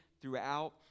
Throughout